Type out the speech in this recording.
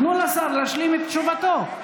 תנו לשר להשלים את תשובתו.